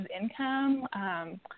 income